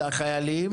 לחיילים